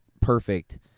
perfect